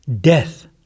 death